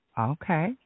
Okay